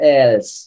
else